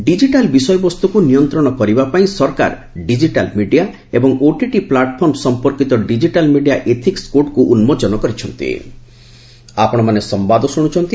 digital ବିଷୟବସ୍ତୁକୁ ନିୟନ୍ତ୍ରଣ କରିବାପାଇଁ ସରକାର ଡିକିଟାଲ୍ ମିଡିଆ ଏବଂ ଓଟିଟି ପ୍ଲାଟ୍ଫର୍ମ ସମ୍ମନ୍ଧୀୟ ଡିକିଟାଲ୍ ମିଡିଆ ଏଥିକ୍ସ କୋଡ୍କୁ ଉନ୍କୋଚନ କରିଚ୍ଛନ୍ତି